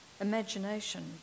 imagination